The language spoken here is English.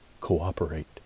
cooperate